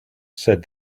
said